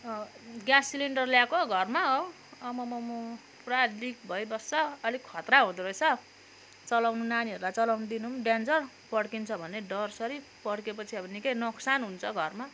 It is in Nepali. ग्यास सिलिन्डर ल्याएको घरमा हो आम्मा मा हो पुरा लिक भइबस्छ अलिक खतरा हुँदो रहेछ चलाउनु नानीहरूलाई चलाउनु दिनु पनि डेन्जर पडकिन्छ भन्ने डरसरी पडकिएपछि अब निकै नोक्सान हुन्छ घरमा